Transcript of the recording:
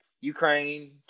Ukraine